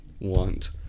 want